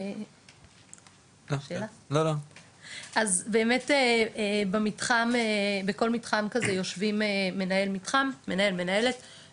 אז באמת במתחם בכל מתחם כזה יושבים מנהל/מנהלת מתחם,